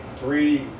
three